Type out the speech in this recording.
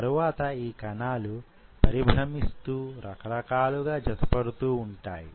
తరువాత యీ కణాలు పరిభ్రమిస్తూ రకరకాలుగా జతపడుతూ వుంటాయి